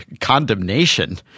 condemnation